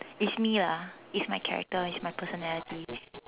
it's me lah it's my character it's my personality